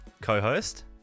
co-host